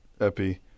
epi